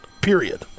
period